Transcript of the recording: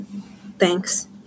Thanks